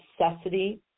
necessity